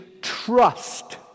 trust